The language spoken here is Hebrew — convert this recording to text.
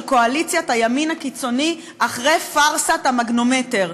קואליציית הימין הקיצוני אחרי פארסת המגנומטר.